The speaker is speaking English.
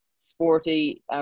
sporty